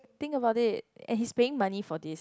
think about it and he's paying money for this